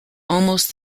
almost